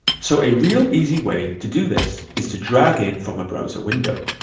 so a real easy way to do this is to drag in from a browser window,